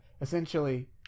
essentially